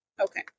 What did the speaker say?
Okay